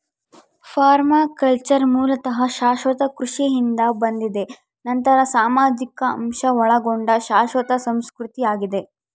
permaculture ಮೂಲತಃ ಶಾಶ್ವತ ಕೃಷಿಯಿಂದ ಬಂದಿದೆ ನಂತರ ಸಾಮಾಜಿಕ ಅಂಶ ಒಳಗೊಂಡ ಶಾಶ್ವತ ಸಂಸ್ಕೃತಿ ಆಗಿದೆ